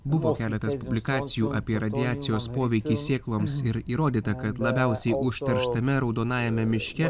buvo keletas publikacijų apie radiacijos poveikį sėkloms ir įrodyta kad labiausiai užterštame raudonajame miške